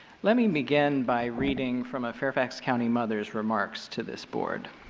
let me begin by reeding from a fairfax county mother's remarks to this board.